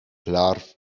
larw